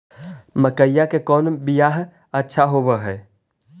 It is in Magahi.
मकईया के कौन बियाह अच्छा होव है?